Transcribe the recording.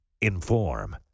Inform